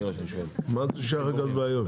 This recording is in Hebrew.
מה זה שייך הגז באיו"ש?